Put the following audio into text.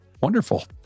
Wonderful